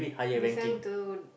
listen to